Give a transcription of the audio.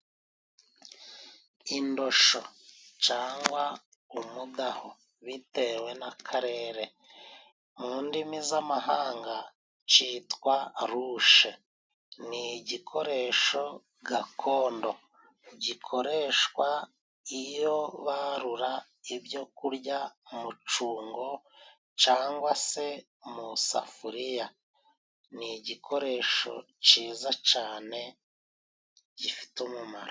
Indosho cangwa umudaho bitewe n'akarere, mu ndimi z'amahanga citwa rushe ni igikoresho gakondo gikoreshwa iyo barura ibyo kurya mu cungo cangwa se mu isafuriya ,ni igikoresho ciza cane gifite umumaro.